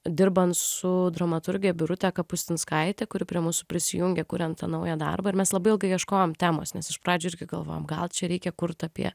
dirbant su dramaturge birute kapustinskaite kuri prie mūsų prisijungė kuriant tą naują darbą ir mes labai ilgai ieškojom temos nes iš pradžių irgi galvojom gal čia reikia kurt apie